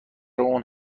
اون